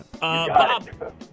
Bob